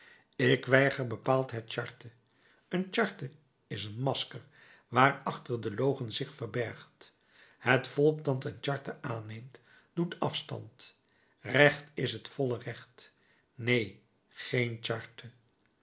ik weiger bepaald het charte een charte is een masker waarachter de logen zich verbergt het volk dat een charte aanneemt doet afstand recht is het volle recht neen geen charte